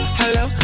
hello